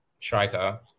striker